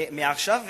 מעכשיו והלאה,